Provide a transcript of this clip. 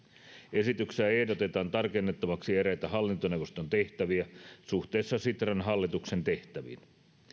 esityksessä ehdotetaan tarkennettavaksi eräitä hallintoneuvoston tehtäviä suhteessa sitran hallituksen tehtäviin